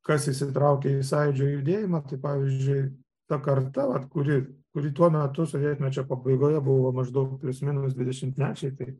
kas įsitraukė į sąjūdžio judėjimą tai pavyzdžiui ta karta vat kuri kuri tuo metu sovietmečio pabaigoje buvo maždaug plius minus dvidešimtmečiai tai